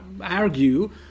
argue